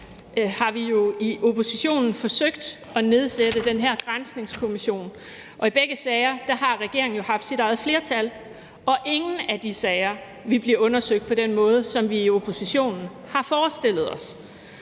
forsøgt i oppositionen at nedsætte den her granskningskommission. I begge sager har regeringen haft sit eget flertal, og ingen af de sager vil blive undersøgt på den måde, som vi i oppositionen har forestillet os.